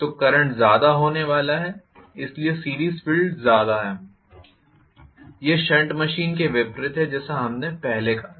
तो करंट ज़्यादा होने वाला है इसलिए सीरीज़ फील्ड करंट ज़्यादा है यह शंट मशीन के विपरीत है जैसा हमने पहले देखा था